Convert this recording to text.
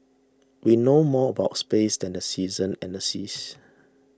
we know more about space than the seasons and the seas